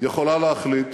יכולה להחליט